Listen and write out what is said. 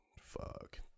Fuck